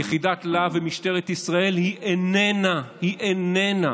יחידת להב במשטרת ישראל היא איננה, היא איננה